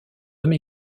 homme